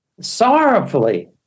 sorrowfully